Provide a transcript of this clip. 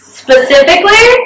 specifically